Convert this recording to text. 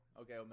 okay